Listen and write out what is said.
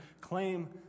claim